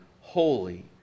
holy